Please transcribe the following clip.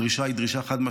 הדרישה היא חד-משמעית,